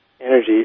energy